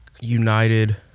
united